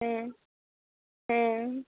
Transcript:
ᱦᱮᱸ ᱦᱮᱸ